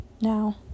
now